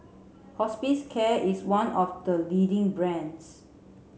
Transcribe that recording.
Hospicare is one of the leading brands